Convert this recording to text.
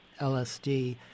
LSD